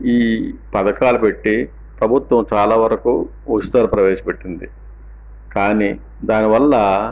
ఈ పథకాలు పెట్టి ప్రభుత్వం చాలా వరకు ఉచితాలు ప్రవేశపెట్టింది కానీ దానివల్ల